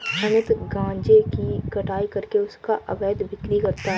अमित गांजे की कटाई करके उसका अवैध बिक्री करता है